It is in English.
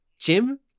Jim